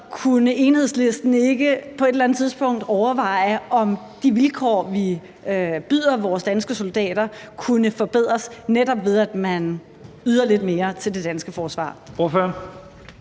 kunne Enhedslisten ikke på et eller andet tidspunkt overveje, om de vilkår, vi byder vores danske soldater, kunne forbedres, netop ved at man yder lidt mere til det danske forsvar?